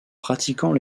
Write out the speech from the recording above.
pratiquant